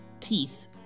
Teeth